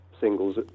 singles